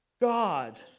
God